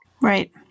right